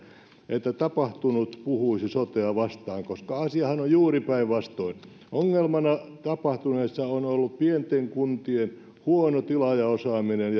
että tapahtunut puhuisi sotea vastaan koska asiahan on juuri päinvastoin ongelmana tapahtuneessa on ollut pienten kuntien huono tila ja osaaminen